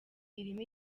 irimo